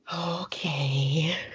Okay